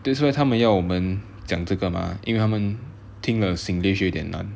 that's why 他们要我们讲这个 mah 因为他们听了 singlish 有点难